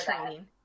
training